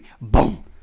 boom